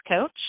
coach